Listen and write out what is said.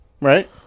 Right